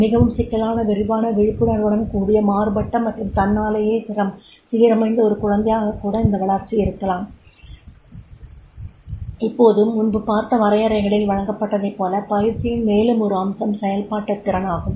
மிகவும் சிக்கலான விரிவான விழிப்புணர்வுடன் கூடிய மாறுபட்ட மற்றும் தன்னாலேயே சீரமைந்த ஒரு குழந்தையாகக் கூட அந்த வளர்ச்சி இருக்கலாம் இப்போது முன்பு பார்த்த வரையறைகளில் வழங்கப்பட்டதைப் போல பயிற்சியின் மேலும் ஒரு அம்சம் செயல்பாட்டுத் திறன் ஆகும்